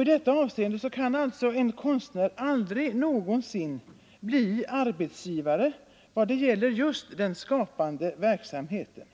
I detta avseende kan alltså en konstnär aldrig någonsin bli arbetsgivare i vad det gäller just den skapande verksamheten.